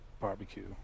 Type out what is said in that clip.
barbecue